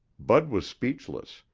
bud was speechless,